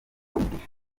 umugisha